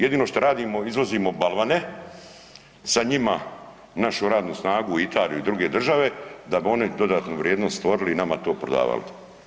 Jedino što radimo izvozimo balvane, sa njima našu radnu snagu u Italiju i druge države da bi oni dodatnu vrijednost stvorili i nama to prodavali.